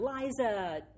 Liza